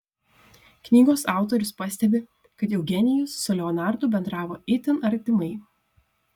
knygos autorius pastebi kad eugenijus su leonardu bendravo itin artimai